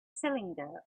cylinder